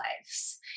lives